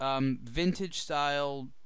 vintage-style